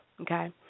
okay